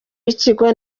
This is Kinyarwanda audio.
w’ikigo